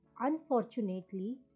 unfortunately